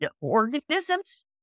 organisms